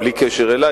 בלי קשר אלי,